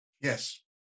Yes